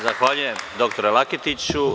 Zahvaljujem, dr Laketiću.